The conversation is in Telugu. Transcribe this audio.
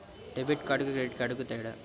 డెబిట్ కార్డుకి క్రెడిట్ కార్డుకి తేడా?